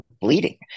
bleeding